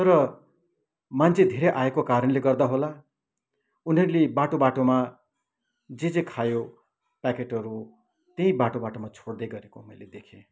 र मान्छे धेरै आएको कारणले गर्दा होला उनीहरूले बाटो बाटोमा जे जे खायो प्याकेटहरू त्यही बाटो बाटोमा छोड्दै गरेको मैले देखेँ